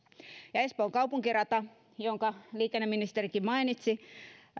espoon kaupunkirata jonka liikenneministerikin mainitsi